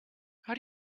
how